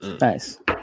Nice